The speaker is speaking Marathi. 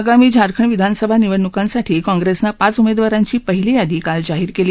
आगामी झारखंड विधानसभा निवडणुकांसाठी काँग्रस्तिं पाच उमद्वडारांची पहिली यादी काल जाहीर क्ली